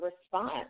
response